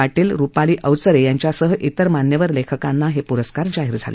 पाटील रुपाली अवचरे यांच्यासह इतर मान्यवर लेखकांना हे प्रस्कार जाहीर झाले